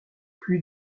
plus